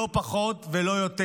לא פחות ולא יותר.